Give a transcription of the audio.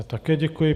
Také děkuji.